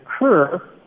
occur